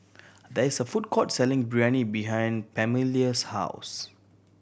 there is a food court selling Biryani behind Pamelia's house